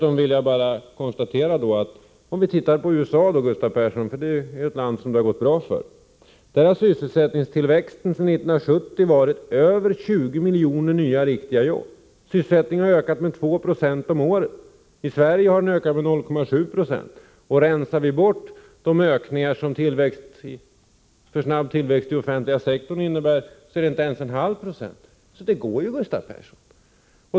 Om vi som exempel tar USA, Gustav Persson, eftersom det är ett land som det har gått bra för, så har sysselsättningstillväxten där sedan 1970 varit över 20 miljoner nya riktiga jobb. Sysselsättningen har ökat med 2 Ze om året. I Sverige har den ökat med 0,7 20. Rensar vi bort vad ökningarna av en för snabb tillväxt i den offentliga sektorn inneburit är det inte ens 0,5 96. Så det går ju, Gustav Persson.